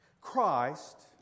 Christ